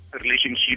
relationship